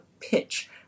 pitch